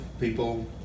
people